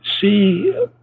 See